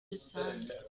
rusange